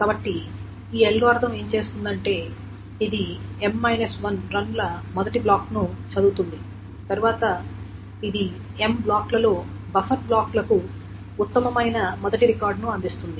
కాబట్టి ఈ అల్గోరిథం ఏమి చేస్తుందంటే ఇది M 1 రన్ ల మొదటి బ్లాక్ని చదువుతుంది తర్వాత ఇది M బ్లాక్లలో బఫర్ బ్లాక్లకు ఉత్తమమైన మొదటి రికార్డును అందిస్తుంది